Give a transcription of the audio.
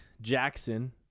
Jackson